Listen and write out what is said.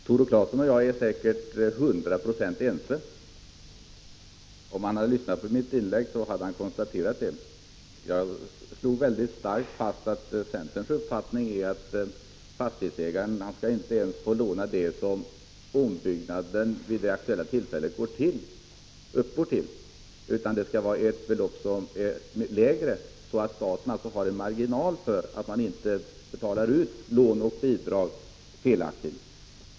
Herr talman! Tore Claeson är säkert till 100 96 ense med mig i den här frågan, vilket han hade kunnat konstatera om han hade lyssnat på mitt inlägg. Jag slog klart fast att centerns uppfattning är att fastighetsägaren inte skall få låna till hela kostnaden för den aktuella ombyggnaden. Han skall få låna ett lägre belopp, så att staten har en marginal om det skulle visa sig att lån och bidrag har betalats ut felaktigt.